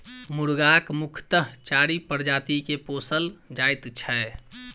मुर्गाक मुख्यतः चारि प्रजाति के पोसल जाइत छै